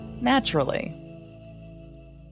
naturally